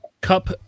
Cup